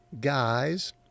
guys